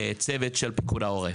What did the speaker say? צוות של פיקוד העורף.